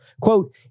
Quote